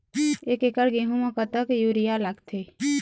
एक एकड़ गेहूं म कतक यूरिया लागथे?